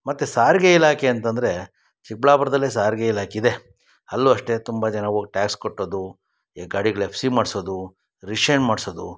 ಮತ್ತು ಸಾರಿಗೆ ಇಲಾಖೆ ಅಂತಂದರೆ ಚಿಕ್ಕಬಳ್ಳಾಪುರದಲ್ಲಿ ಸಾರಿಗೆ ಇಲಾಖೆ ಇದೆ ಅಲ್ಲೂ ಅಷ್ಟೆ ತುಂಬ ಜನ ಹೋಗ್ ಟ್ಯಾಕ್ಸ್ ಕಟ್ಟೋದು ಈ ಗಾಡಿಗಳ ಎಫ್ ಸಿ ಮಾಡಿಸೋದು ರಿಶ್ಶೆನ್ ಮಾಡಿಸೋದು